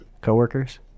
co-workers